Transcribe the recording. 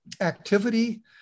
activity